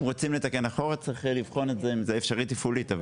אם רוצים לתקן אחורה צריך לבחון האם זה אפשרי מבחינה תפעולית.